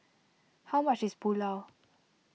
how much is Pulao